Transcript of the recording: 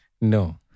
No